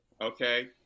okay